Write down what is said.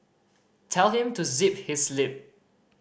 tell him to zip his lip